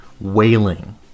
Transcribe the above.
wailing